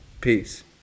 Peace